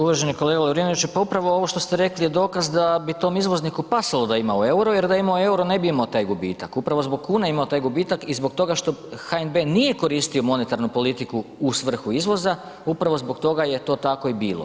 Uvaženi kolega Lovrinoviću, pa upravo što ste rekli je dokaz da bi tom izvozniku pasalo da ima u euro jer da ima u euro, ne bi imao taj gubitak, upravo zbog kune imamo taj gubitak i zbog toga što HNB nije koristio monetarnu politiku u svrhu izvoza, upravo zbog toga je to tako i bilo.